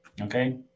okay